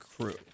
crew